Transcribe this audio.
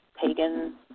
pagan